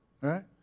right